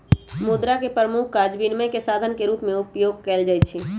मुद्रा के प्रमुख काज विनिमय के साधन के रूप में उपयोग कयल जाइ छै